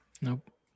Nope